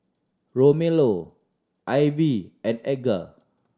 Romello Ivie and Edgar